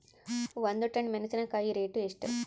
ಒಂದು ಟನ್ ಮೆನೆಸಿನಕಾಯಿ ರೇಟ್ ಎಷ್ಟು?